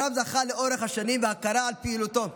הרב זכה לאורך השנים בהכרה על פעילותו.